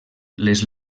les